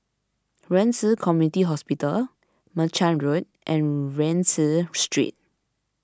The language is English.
Ren Ci Community Hospital Merchant Road and Rienzi Street